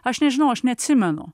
aš nežinau aš neatsimenu